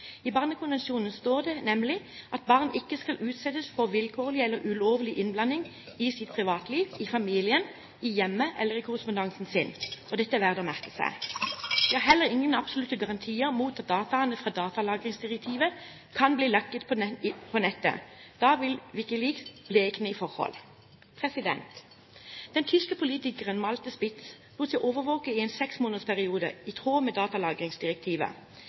I Barnekonvensjonen står det nemlig at barn ikke skal utsettes for vilkårlig eller ulovlig innblanding i sitt privatliv, i familien, i hjemmet eller i korrespondansen sin. Dette er det verdt å merke seg. Vi har heller ingen absolutte garantier mot at dataene fra datalagringsdirektivet kan bli lekket på nettet. Da vil WikiLeaks blekne i forhold. Den tyske politikeren Malte Spitz lot seg overvåke i en seksmånedersperiode i tråd med datalagringsdirektivet.